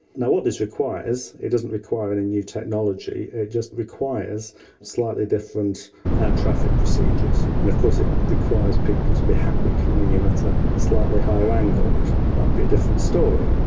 and what this requires, it doesn't require any new technology, it just requires slightly different air traffic procedures. and of course it requires people to be happy coming in at a slightly higher angle, which might be a different story.